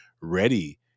ready